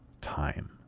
time